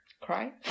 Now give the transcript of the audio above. cry